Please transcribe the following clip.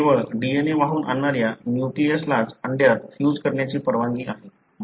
केवळ DNA वाहून आणणाऱ्या न्यूक्लियस लाच अंड्यात फ्यूज करण्याची परवानगी आहे